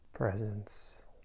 Presence